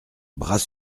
bras